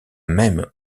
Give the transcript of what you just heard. même